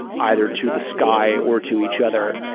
either to the sky or to each other,